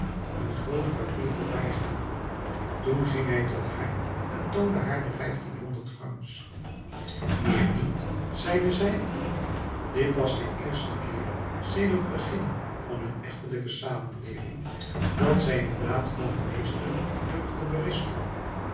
een groot kwartier voorbijgaan toen ging hij tot haar en toonde haar de vijftienhonderd francs meer niet zeide zij dit was de eerste keer sedert het begin van hun echtelijke samenleving dat zij een daad van den meester durfde berispen